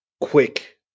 quick